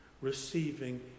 receiving